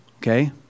okay